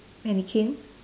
mannequin